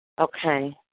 Okay